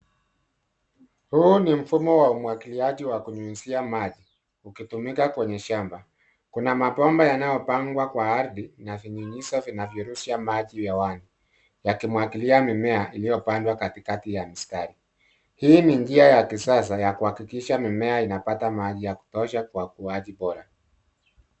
Huu ni mfumo wa umwagiliaji wa kunyunyuzia maji ukitumika kwenye shamba. Kuna mabomba yanayopangwa kwa ardhi na vinyunyiza vinavyorusha maji hewani, yakimwagilia mimea iliyopandwa katikati ya mstari. Hii ni bjia ya kisasa ya kuhakikisha mimea inapata maji ya kutosha kwa ukuaji bora.